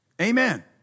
Amen